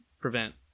prevent